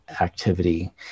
activity